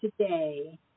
today